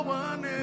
one